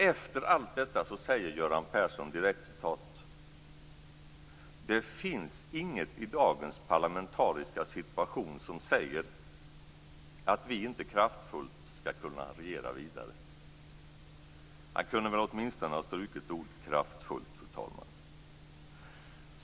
Efter allt detta säger Göran Persson: "Det finns inget i dagens parlamentariska situation som säger att vi inte kraftfullt skall kunna regera vidare." Han kunde väl åtminstone ha strukit ordet kraftfullt, fru talman.